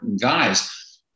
guys